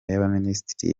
y’abaminisitiri